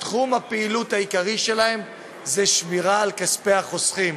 תחום הפעילות העיקרי שלהן זה שמירה על כספי החוסכים,